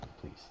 please